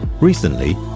Recently